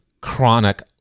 chronic